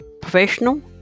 Professional